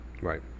Right